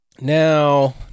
now